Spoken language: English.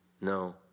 No